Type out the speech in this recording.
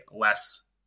less